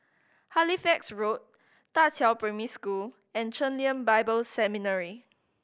Halifax Road Da Qiao Primary School and Chen Lien Bible Seminary